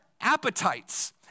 appetites